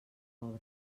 pobre